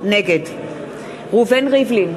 נגד ראובן ריבלין,